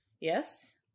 Yes